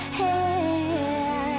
hair